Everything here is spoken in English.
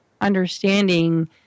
understanding